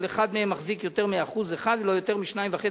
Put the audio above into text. אחד מהם מחזיק יותר מ-1% ולא יותר מ-2.5%,